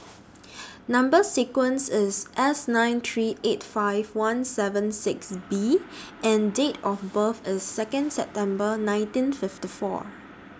Number sequence IS S nine three eight five one seven six B and Date of birth IS Second September nineteen fifty four